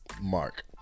mark